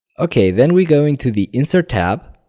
ok then we go into the insert tab